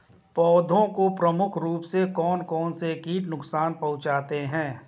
पौधों को प्रमुख रूप से कौन कौन से कीट नुकसान पहुंचाते हैं?